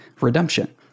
redemption